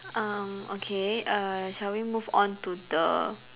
um okay uh shall we move on to the